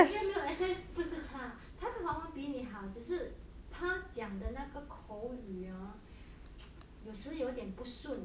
没有没有 actually 不是差他的华文比你好只是他讲的那个口语有些有时有点不顺啊